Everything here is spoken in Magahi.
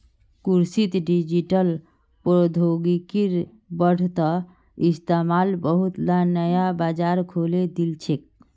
कृषित डिजिटल प्रौद्योगिकिर बढ़ त इस्तमाल बहुतला नया बाजार खोले दिल छेक